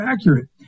accurate